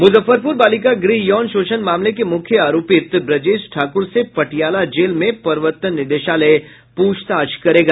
मुजफ्फरपुर बालिका गृह यौन शोषण मामले के मुख्य आरोपित ब्रजेश ठाकुर से पटियाला जेल में प्रवर्तन निदेशालय पूछताछ करेगी